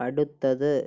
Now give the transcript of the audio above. അടുത്തത്